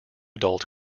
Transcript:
adult